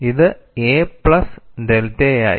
ഇത് a plus ഡെൽറ്റയായി